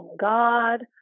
God